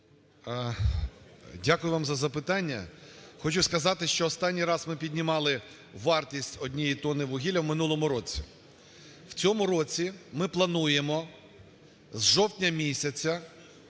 Дякую вам за запитання. Хочу сказати, що останній раз ми піднімали вартість однієї тонни вугілля в минулому році. В цьому році ми плануємо з жовтня місяця